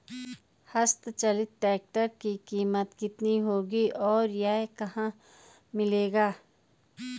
हस्त चलित ट्रैक्टर की कीमत कितनी होगी और यह कहाँ मिलेगा?